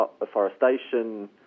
afforestation